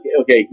okay